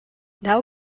now